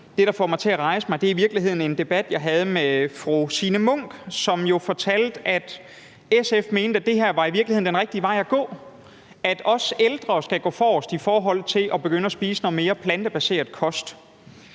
det, der får mig til at rejse mig og spørge, er i virkeligheden en debat, jeg havde med fru Signe Munk, som fortalte, at SF mente, at det her i virkeligheden var den rigtige vej at gå, og at også de ældre skal gå forrest i forhold til at begynde at spise noget mere plantebaseret kost.